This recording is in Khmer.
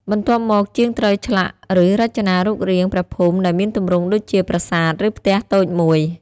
បន្ទាប់មក ជាងត្រូវឆ្លាក់ឬរចនារូបរាងព្រះភូមិដែលមានទម្រង់ដូចជា ប្រាសាទ ឬផ្ទះតូចមួយ។